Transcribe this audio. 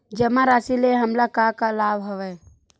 जमा राशि ले हमला का का लाभ हवय?